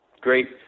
great